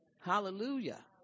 Hallelujah